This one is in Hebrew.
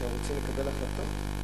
כשהם רוצים לקבל החלטות,